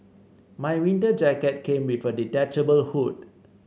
my winter jacket came with a detachable hood